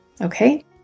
Okay